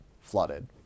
flooded